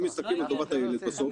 אם מסתכלים על טובת הילד בסוף,